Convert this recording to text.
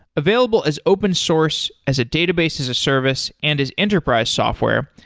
available as open source as a database as a service and as enterprise software,